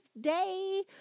day